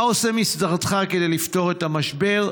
מה עושה משרדך כדי לפתור את המשבר?